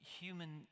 human